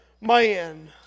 man